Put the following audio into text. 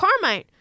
Carmine